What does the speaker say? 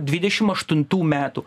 dvidešim aštuntų metų